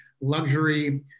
luxury